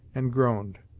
and groaned.